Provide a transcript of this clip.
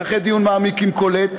זה אחרי דיון מעמיק עם קולט,